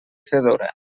fedora